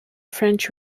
french